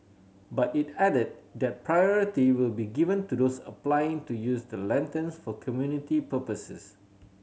but it added that priority will be given to those applying to use the lanterns for community purposes